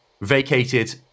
vacated